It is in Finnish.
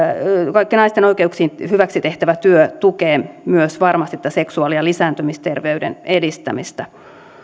kaikki naisten oikeuksien hyväksi tehtävä työ tukee myös varmasti tätä seksuaali ja lisääntymisterveyden edistämistä